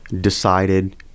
decided